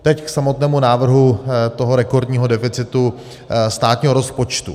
Teď k samotnému návrhu toho rekordního deficitu státního rozpočtu.